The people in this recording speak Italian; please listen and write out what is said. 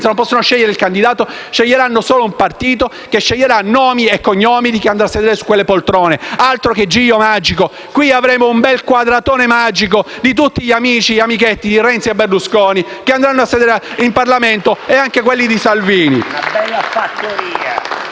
ma possono scegliere non il candidato, ma solo un partito che deciderà nomi e cognomi di chi andrà a sedere sulle poltrone. Altro che giro magico. Avremo un bel quadratone magico di tutti gli amichetti di Renzi e Berlusconi che andranno a sedere in Parlamento, e anche di quelli di Salvini.